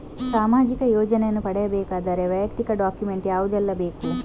ಸಾಮಾಜಿಕ ಯೋಜನೆಯನ್ನು ಪಡೆಯಬೇಕಾದರೆ ವೈಯಕ್ತಿಕ ಡಾಕ್ಯುಮೆಂಟ್ ಯಾವುದೆಲ್ಲ ಬೇಕು?